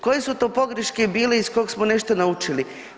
Koje su to pogreške bile iz kojih smo nešto naučili?